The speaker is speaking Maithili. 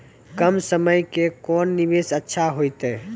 कम समय के कोंन निवेश अच्छा होइतै?